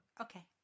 Okay